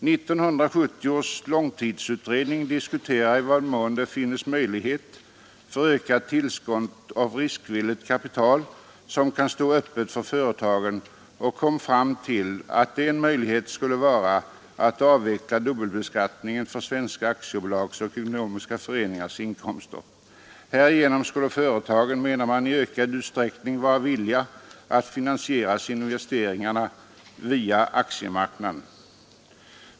1970 års långtidsutredning diskuterar i vad mån det finns möjlighet för ökat tillskott av riskvilligt kapital som kan stå öppet för företagen och kommer fram till att en utväg skulle vara att avveckla dubbelbeskattningen för svenska aktiebolags och ekonomiska föreningars inkomster. Härigenom skulle företagen, menar man, i ökad utsträckning vara villiga att finansiera investeringarna via aktiemarknaden.